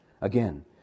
Again